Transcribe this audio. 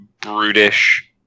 brutish